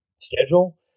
schedule